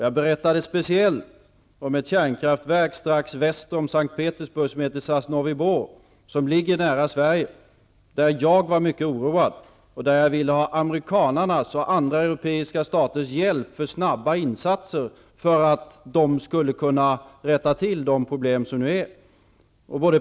Jag berättade speciellt om ett kärnkraftverk strax väster om S:t Petersburg som heter Sosnovy Bor och ligger nära Sverige. Jag var mycket oroad och ville ha amerikanernas och andra europeiska staters hjälp för snabba insatser för att rätta till de problem som nu finns.